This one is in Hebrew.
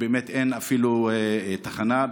אין שם אפילו תחנה.